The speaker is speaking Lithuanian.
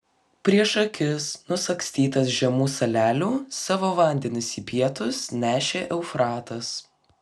prieš akis nusagstytas žemų salelių savo vandenis į pietus nešė eufratas